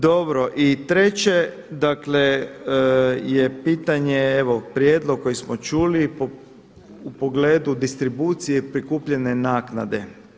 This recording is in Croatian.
Dobro i treće, dakle je pitanje evo prijedlog koji smo čuli u pogledu distribucije i prikupljene naknade.